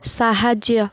ସାହାଯ୍ୟ